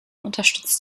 unterstützt